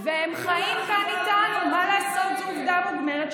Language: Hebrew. מה זה קשור לאכיפה בנגב?